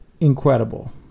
incredible